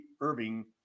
Irving